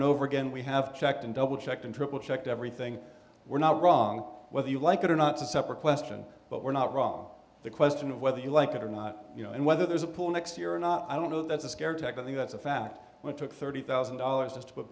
and over again we have checked and double checked and triple checked everything we're not wrong whether you like it or not to separate question but we're not wrong the question of whether you like it or not and whether there's a pool next year or not i don't know that's a scare tactic that's a fact but took thirty thousand dollars just to